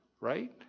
right